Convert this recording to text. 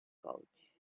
couch